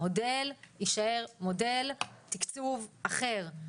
המודל יישאר מודל תקצוב אחר.